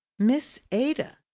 miss ada,